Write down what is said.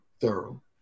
thorough